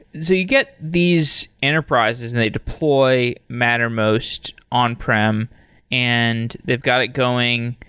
you get these enterprises, and they deploy mattermost on-prem and they've got it going.